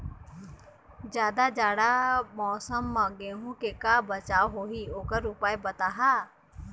जादा जाड़ा मौसम म गेहूं के का बचाव होही ओकर उपाय बताहा?